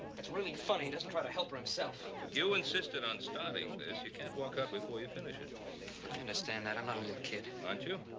it's really funny, he doesn't try to help her himself. you insisted on starting this. you can't walk out before you finish it. i understand that i'm not a little kid. aren't you?